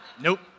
nope